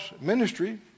ministry